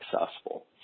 successful